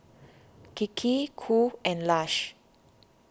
Kiki Qoo and Lush